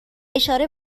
اشاره